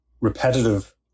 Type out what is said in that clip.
repetitive